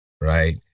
Right